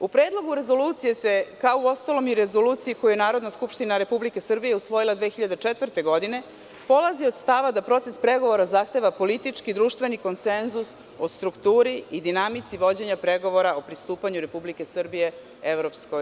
U Predlogu rezolucije se, kao u ostalom i rezoluciji koju Narodna skupština Republike Srbije usvojila 2004. godine, polazi od stava da proces pregovora zahteva politički društveni konsenzus o strukturi i dinamici vođenja pregovora o pristupanju Republike Srbije EU.